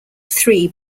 three